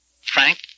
Frank